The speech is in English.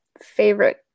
favorite